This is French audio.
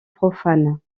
profanes